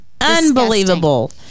Unbelievable